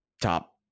top